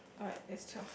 alright that's twelve